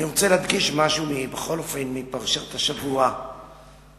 אני רוצה להדגיש משהו מפרשת השבוע לגבי